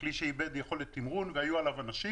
לכלי שאיבד יכולת תמרון והיו עליו אנשים.